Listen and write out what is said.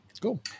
Cool